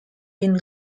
been